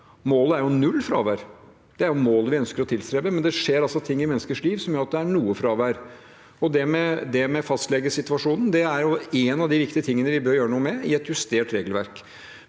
Målet er jo null fravær. Det er målet vi ønsker å tilstrebe, men det skjer ting i menneskers liv som gjør at det er noe fravær. Det med fastlegesituasjonen er en av de viktige tingene vi bør gjøre noe med i et justert regelverk.